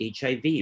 HIV